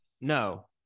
no